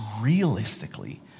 realistically